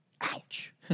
Ouch